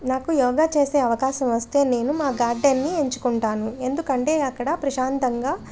నాకు యోగా చేసే అవకాశం వస్తే నేను మా గార్డెన్ని ఎంచుకుంటాను ఎందుకంటే అక్కడ ప్రశాంతంగా